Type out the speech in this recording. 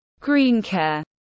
Greencare